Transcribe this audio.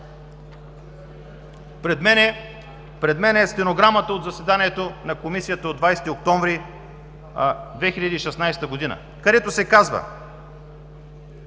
Пред мен е и стенограмата от заседанието на Комисията от 20 октомври 2016 г., където се казва: